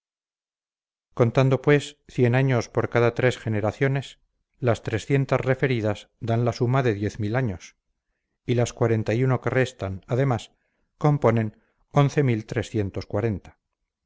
contando pues cien años por cada tres generaciones las trescientas referidas dan la suma de diez mil años y las cuarenta que restan además componen